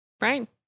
Right